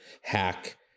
hack